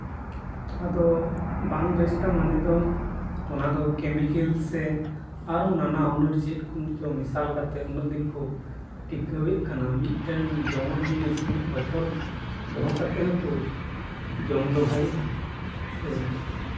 ᱟᱫᱚ ᱵᱟᱝ ᱵᱮᱥᱴᱼᱟ ᱢᱟᱱᱮ ᱫᱚ ᱚᱱᱟ ᱫᱚ ᱠᱮᱢᱤᱠᱮᱞ ᱥᱮ ᱟᱨᱚ ᱱᱟᱱᱟ ᱦᱩᱱᱟᱹᱨ ᱪᱮᱫ ᱠᱚ ᱪᱚ ᱢᱮᱥᱟᱞ ᱠᱟᱛᱮᱜ ᱩᱱᱟᱹᱜ ᱫᱤᱱ ᱠᱚ ᱴᱤᱠᱟᱹᱣᱮᱜ ᱠᱟᱱᱟ ᱢᱤᱫ ᱴᱮᱱ ᱡᱚᱢᱟᱜ ᱡᱤᱱᱤᱥ ᱢᱤᱫ ᱵᱚᱪᱷᱚᱨ ᱫᱚᱦᱚ ᱠᱟᱛᱮ ᱦᱚᱸᱠᱚ ᱡᱚᱢ ᱫᱚᱦᱲᱟᱭᱮᱜᱼᱟ ᱥᱮ